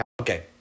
Okay